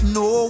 no